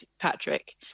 Patrick